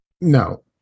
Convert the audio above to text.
no